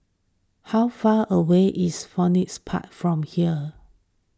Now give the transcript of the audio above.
how far away is Phoenix Park from here